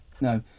No